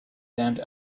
damned